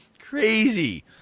Crazy